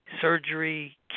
surgery